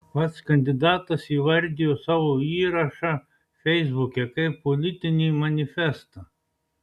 pats kandidatas įvardijo savo įrašą feisbuke kaip politinį manifestą